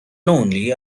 lonely